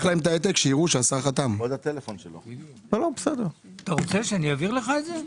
אתה רוצה שאעביר לך את זה?